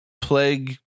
plague